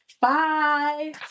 Bye